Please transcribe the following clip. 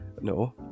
No